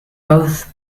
both